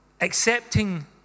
accepting